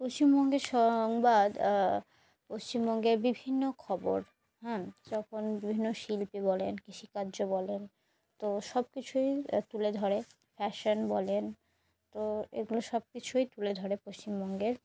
পশ্চিমবঙ্গের সংবাদ পশ্চিমবঙ্গের বিভিন্ন খবর হ্যাঁ যখন বিভিন্ন শিল্পী বলেন কৃষিকার্য বলেন তো সব কিছুই তুলে ধরে ফ্যাশন বলেন তো এগুলো সব কিছুই তুলে ধরে পশ্চিমবঙ্গের